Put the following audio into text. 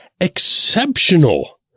exceptional